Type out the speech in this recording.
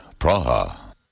Praha